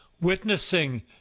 witnessing